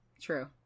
true